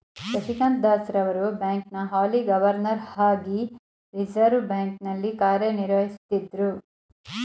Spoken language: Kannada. ಶಕ್ತಿಕಾಂತ್ ದಾಸ್ ರವರು ಬ್ಯಾಂಕ್ನ ಹಾಲಿ ಗವರ್ನರ್ ಹಾಗಿ ರಿವರ್ಸ್ ಬ್ಯಾಂಕ್ ನಲ್ಲಿ ಕಾರ್ಯನಿರ್ವಹಿಸುತ್ತಿದ್ದ್ರು